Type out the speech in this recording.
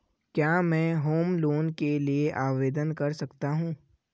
क्या मैं home loan के लिए आवेदन कर सकता हूं?